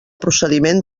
procediment